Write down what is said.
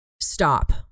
stop